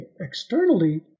externally